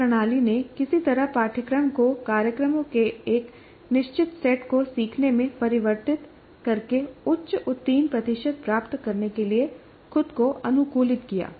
इस प्रणाली ने किसी तरह पाठ्यक्रम को कार्यक्रमों के एक निश्चित सेट को सीखने में परिवर्तित करके उच्च उत्तीर्ण प्रतिशत प्राप्त करने के लिए खुद को अनुकूलित किया